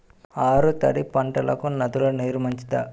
ఆరు తడి పంటలకు నదుల నీరు మంచిదా?